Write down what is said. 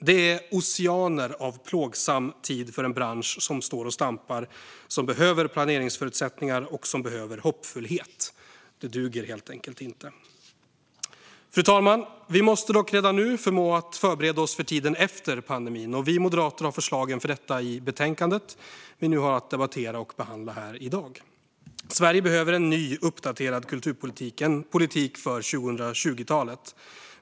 Det är oceaner av plågsam tid för en bransch som står och stampar och som behöver planeringsförutsättningar och hoppfullhet. Det duger helt enkelt inte. Fru talman! Vi måste dock redan nu förmå att förbereda oss för tiden efter pandemin. Vi moderater har förslagen för detta i betänkandet vi har att debattera och behandla här i dag. Sverige behöver en ny och uppdaterad kulturpolitik, en politik för 2020-talet.